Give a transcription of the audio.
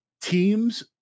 teams